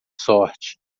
sorte